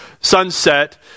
sunset